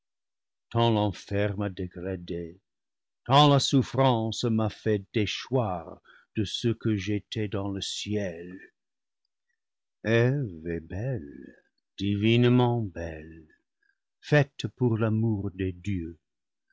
tant la souffrance m'a fait déchoir de ce que j'étais dans le ciel eve est belle divinement belle faite pour l'amour des dieux